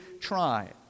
try